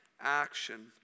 action